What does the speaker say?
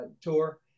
tour